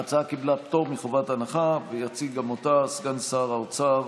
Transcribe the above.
ההצעה קיבלה פטור מחובת הנחה ויציג גם אותה סגן שר האוצר